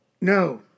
no